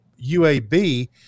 UAB